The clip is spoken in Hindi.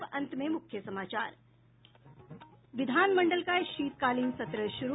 और अब अंत में मुख्य समाचार विधानमंडल का शीतकालीन सत्र शुरू